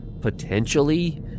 potentially